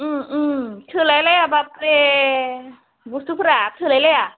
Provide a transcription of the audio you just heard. थोलायलाया बाफरे बुस्थुफोरा थोलायलाया